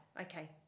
Okay